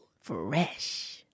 Fresh